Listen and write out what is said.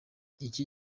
iki